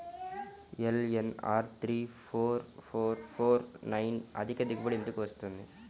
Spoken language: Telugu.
LNR three four four four nine అధిక దిగుబడి ఎందుకు వస్తుంది?